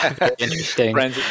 interesting